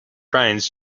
trains